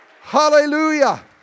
Hallelujah